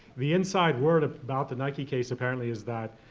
the inside word of mouth, the nike case apparently is that